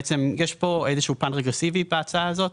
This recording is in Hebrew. בעצם, יש איזה שהוא פן רגרסיבי, בהצעה הזו.